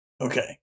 Okay